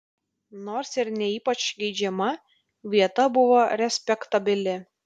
nors ir ne ypač geidžiama vieta buvo respektabili